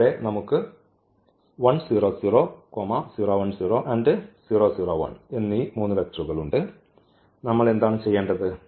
ഇവിടെ നമുക്ക് എന്നിവ ഉണ്ട് നമ്മൾ എന്താണ് ചെയ്യേണ്ടത്